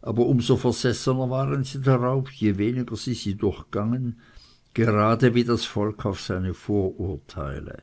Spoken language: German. aber um so versessener waren sie darauf je weniger sie sie durchgangen gerade wie das volk auf seine vorurteile